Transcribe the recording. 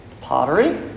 Pottery